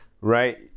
right